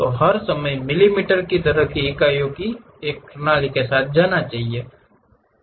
तो हर समय मिमी की तरह इकाइयों की एक प्रणाली के साथ जाना